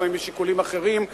לפעמים יש שיקולים אחרים שמנחים,